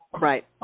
Right